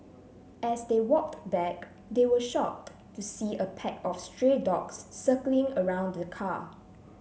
as they walked back they were shocked to see a pack of stray dogs circling around the car